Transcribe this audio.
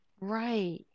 Right